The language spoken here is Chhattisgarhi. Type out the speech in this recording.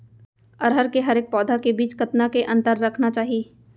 अरहर के हरेक पौधा के बीच कतना के अंतर रखना चाही?